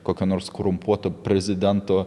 kokio nors korumpuoto prezidento